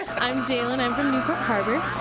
i'm jaelyn, i'm from newport harbor.